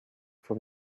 from